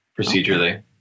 procedurally